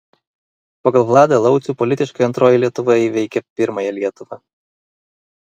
pagal vladą laucių politiškai antroji lietuva įveikia pirmąją lietuvą